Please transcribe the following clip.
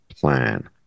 plan